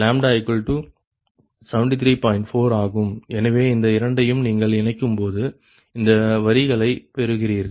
4 ஆகும் எனவே இந்த இரண்டையும் நீங்கள் இணைக்கும்போது இந்த வரிகளை பெறுகிறீர்கள்